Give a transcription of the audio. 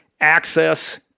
access